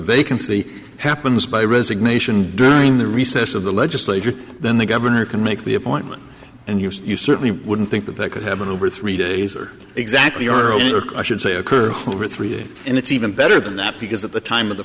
vacancy happens by resignation during the recess of the legislature then the governor can make the appointment and you certainly wouldn't think that that could have been over three days or exactly earlier question say occur over three days and it's even better than that because at the time of the